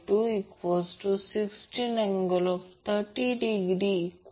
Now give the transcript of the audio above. तर कॅपेसिटरच्या बाबतीत Q 2π12 L Imax2Imax22R1f आहे